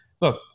look